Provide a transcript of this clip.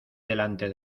delante